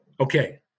Okay